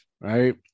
right